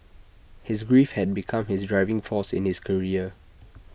his grief had become his driving force in his career